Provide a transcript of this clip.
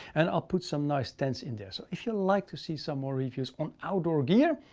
and i'll put some nice tents in there. so if you like to see some more reviews on outdoor gear,